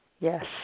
yes